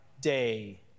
day